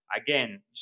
Again